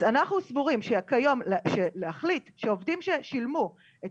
אז אנחנו סבורים שכיום להחליט שעובדים ששילמו את